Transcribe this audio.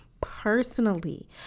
personally